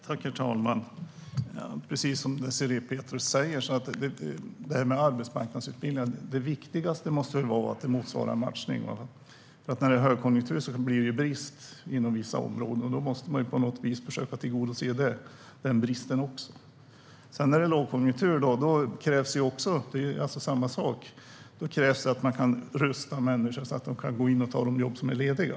Herr talman! Det är precis som Désirée Pethrus säger. När det gäller det här med arbetsmarknadsutbildningar måste väl det viktigaste vara att det motsvarar en matchning. När det är högkonjunktur blir det brist inom vissa områden. Då måste man på något vis försöka möta den bristen. När det sedan är lågkonjunktur krävs det också något. Det är alltså samma sak. Det krävs att man kan rusta människor så att de kan gå in och ta de jobb som är lediga.